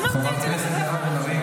אמרת את זה, את יודעת מה קרה בג'נין?